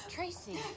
Tracy